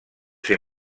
ser